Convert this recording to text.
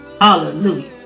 Hallelujah